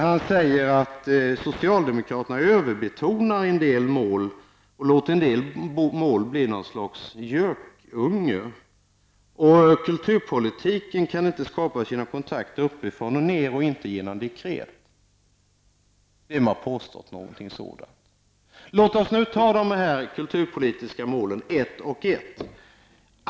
Han sade att socialdemokraterna överbetonar en del mål medan de låter andra bli något slags gökungar, och att kulturpolitiken inte kan skapas vare sig genom kontakt uppifrån och ner eller genom dekret. Vem har påstått någonting sådant? Jag vill nu ta upp de kulturpolitiska målen var för sig.